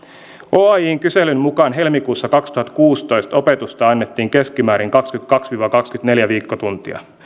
oajn kyselyn mukaan helmikuussa kaksituhattakuusitoista opetusta annettiin keskimäärin kaksikymmentäkaksi viiva kaksikymmentäneljä viikkotuntia